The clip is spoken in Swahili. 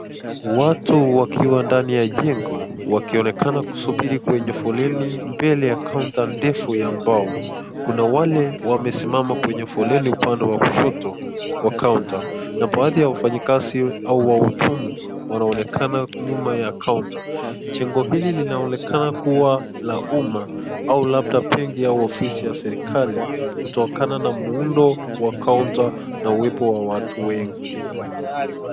Watu wakiwa ndani ya jengo wakionekana kusubiri kwenye foleni mbele ya kaunta ndefu ya mbao, kuna wale wamesimama kwenye foleni upande wa kushoto wa kaunta na baadhi ya wafanyakazi au wahudhumu wanaoneka nyuma ya kaunta. Jengo hili linaonekana kuwa la umma au labda benki au ofisi ya serekali kutokana na muundo wa kaunta na uwepo wa watu wengi.